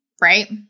right